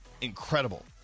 incredible